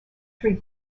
three